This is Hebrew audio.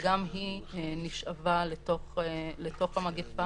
וגם היא נשאבה לתוך המגפה.